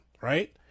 right